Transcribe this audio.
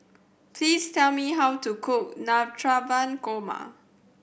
please tell me how to cook Navratan Korma